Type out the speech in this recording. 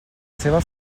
seva